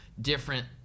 different